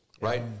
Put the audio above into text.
right